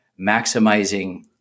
maximizing